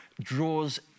draws